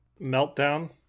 meltdown